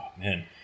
man